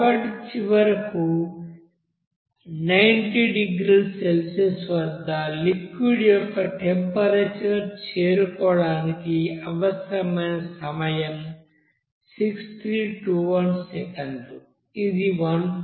కాబట్టి చివరకు 90 డిగ్రీల సెల్సియస్ వద్ద లిక్విడ్ యొక్క టెంపరేచర్ చేరుకోవడానికి అవసరమైన సమయం 6321 సెకన్లు ఇది 1